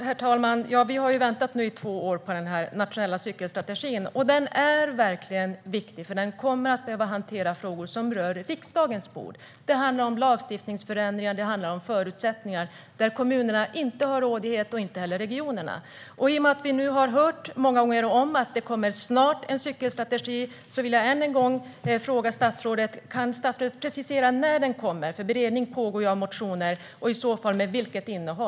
Herr talman! Vi har väntat på den nationella cykelstrategin i två år nu. Den är verkligen viktig. Den kommer att behöva hantera frågor som kommer att hamna på riksdagens bord. Det handlar om lagstiftningsförändringar och förutsättningar som varken kommunerna eller regionerna har rådighet över. Vi har hört många gånger om att det snart kommer att komma en cykelstrategi. Därför vill jag än en gång fråga statsrådet: Kan statsrådet precisera när den kommer, och i så fall med vilket innehåll? Beredning av motioner pågår.